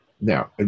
now